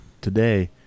Today